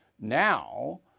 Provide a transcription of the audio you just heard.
now